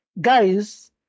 guys